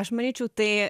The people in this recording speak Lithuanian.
aš manyčiau tai